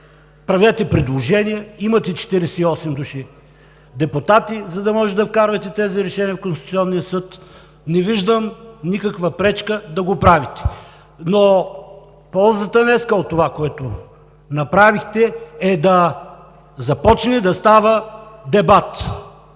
правете предложения, имате 48 души депутати, за да може да вкарвате тези решения в Конституционния съд. Не виждам никаква пречка да го правите. Днес ползата от това, което направихте, е да започне да става дебат.